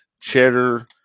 cheddar